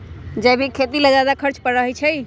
जैविक खेती ला ज्यादा खर्च पड़छई?